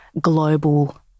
global